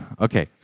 Okay